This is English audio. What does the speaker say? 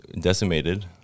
decimated